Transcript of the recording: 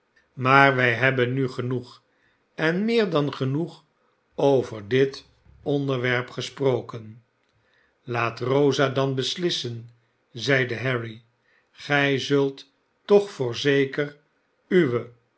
maar wij hebben nu genoeg en meer dan genoeg over dit onderwerp gesproken laat rosa dan beslissen zeide harry gij zult toch voorzeker uwe